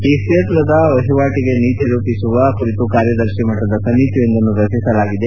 ಈ ಕ್ಷೇತ್ರದ ವಹಿವಾಟಗೆ ನೀತಿ ರೂಪಿಸುವ ಕುರಿತು ಕಾರ್ಯದರ್ಶಿ ಮಟ್ಟದ ಸಮಿತಿಯೊಂದನ್ನು ರಚಿಸಲಾಗಿದೆ